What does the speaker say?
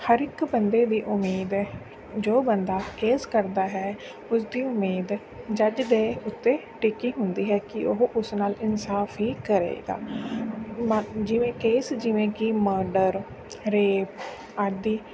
ਹਰ ਇੱਕ ਬੰਦੇ ਦੀ ਉਮੀਦ ਜੋ ਬੰਦਾ ਕੇਸ ਕਰਦਾ ਹੈ ਉਸਦੀ ਉਮੀਦ ਜੱਜ ਦੇ ਉੱਤੇ ਟਿਕੀ ਹੁੰਦੀ ਹੈ ਕਿ ਉਹ ਉਸ ਨਾਲ ਇਨਸਾਫ ਹੀ ਕਰੇਗਾ ਮਾ ਜਿਵੇਂ ਕੇਸ ਜਿਵੇਂ ਕਿ ਮਾਡਰ ਰੇਪ ਆਦਿ